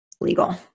legal